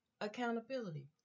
Accountability